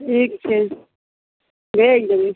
ठीक छै भेज देबय